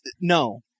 no